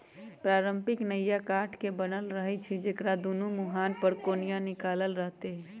पारंपरिक नइया काठ के बनल रहै छइ जेकरा दुनो मूहान पर कोनिया निकालल रहैत हइ